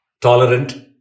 tolerant